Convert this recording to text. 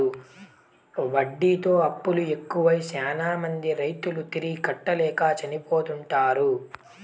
వడ్డీతో అప్పులు ఎక్కువై శ్యానా మంది రైతులు తిరిగి కట్టలేక చనిపోతుంటారు